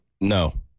No